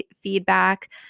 feedback